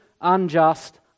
unjust